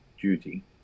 duty